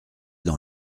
dans